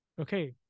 Okay